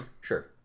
Sure